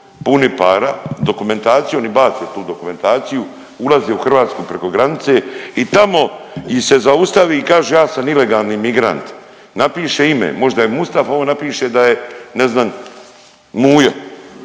puni para. Dokumentaciju, oni bace tu dokumentaciju, ulaze u Hrvatsku preko granice i tamo ih se zaustavi i kažu ja sam ilegalni imigrant. Napiše ime, možda je Mustafa, on napiše da je ne znam, Mujo.